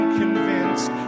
convinced